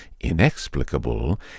inexplicable